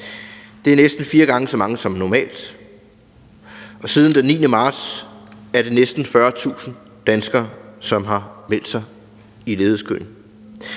Det er næsten fire gange så mange som normalt. Og siden den 9. marts er der næsten 40.000 danskere, som har meldt sig i ledighedskøen.